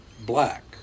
black